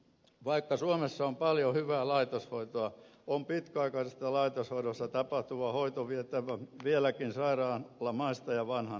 vaikka suomessa on paljon hyvää laitoshoitoa on pitkäaikaisessa laitoshoidossa tapahtuva hoito vieläkin sairaalamaista ja vanhanaikaista